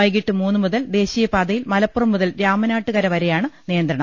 വൈകീട്ട് മൂന്നു മുതൽ ദേശീയ പാതയിൽ മലപ്പുറം മുതൽ രാമനാട്ടുകര വരെയാണ് നിയന്ത്രണം